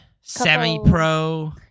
Semi-Pro